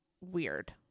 weird